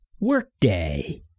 Workday